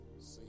See